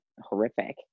horrific